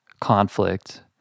conflict